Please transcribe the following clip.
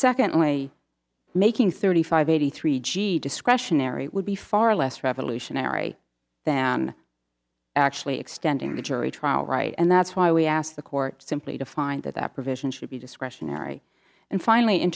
secondly making thirty five eighty three g discretionary would be far less revolutionary than actually extending the jury trial right and that's why we asked the court simply to find that that provision should be discretionary and finally in